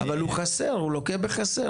אבל הוא לוקה בחסר.